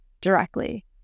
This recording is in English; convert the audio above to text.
directly